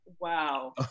wow